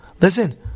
listen